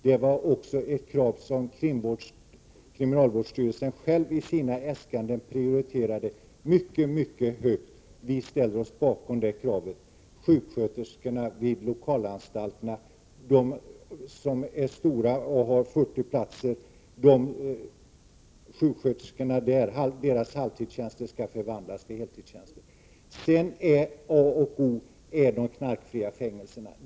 Det var också ett krav som kriminalvårdsstyrelsen själv i sina äskanden prioriterade mycket högt. Vi ställer oss bakom det kravet. Sjuksköterskorna vid de stora lokalanstalterna, alltså anstalter som har 40 platser eller mer, skall förvandlas till heltidstjänster. A och O är de knarkfria fängelserna.